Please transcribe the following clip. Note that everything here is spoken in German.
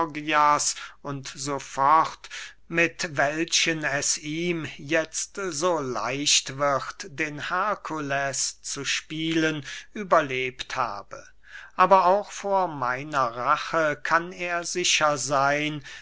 gorgias u s f mit welchen es ihm jetzt so leicht wird den herkules zu spielen überlebt habe aber auch vor meiner rache kann er sicher seyn